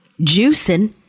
juicing